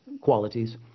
qualities